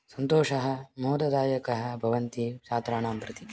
सन्तोषः मोददायकः भवन्ति छात्राणां प्रति